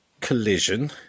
Collision